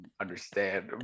understand